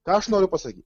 ką aš noriu pasakyt